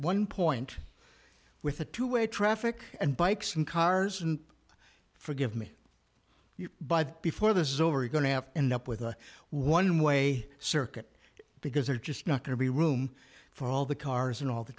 one point with a two way traffic and bikes and cars and forgive me but before this is over we're going to have end up with a one way circuit because they're just not going to be room for all the cars and all the